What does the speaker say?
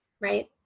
Right